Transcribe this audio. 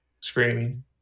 screaming